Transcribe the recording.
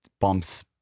bumps